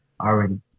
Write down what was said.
already